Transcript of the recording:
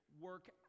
work